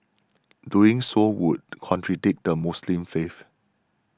doing so would contradict the Muslim faith